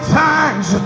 times